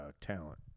talent